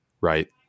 right